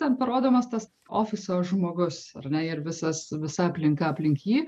ten parodomas tas ofiso žmogus ar ne ir visas visa aplinka aplink jį